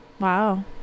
wow